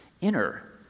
inner